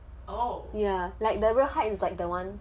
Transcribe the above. ya like the real height is like the one